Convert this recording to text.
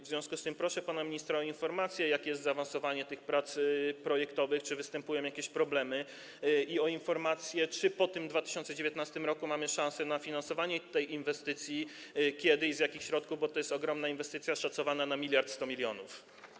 W związku z tym proszę pana ministra o informację, jaki jest stan zaawansowania tych prac projektowych, czy występują jakieś problemy, i o informację, czy po 2019 r. mamy szansę na finansowanie tej inwestycji, kiedy i z jakich środków, bo to jest ogromna inwestycja, której koszt szacowany jest na 1100 mln.